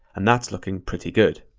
and that's looking pretty good.